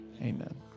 amen